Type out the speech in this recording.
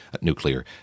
nuclear